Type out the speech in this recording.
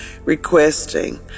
requesting